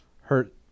hurt